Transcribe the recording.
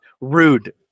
rude